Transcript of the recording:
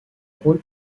rôle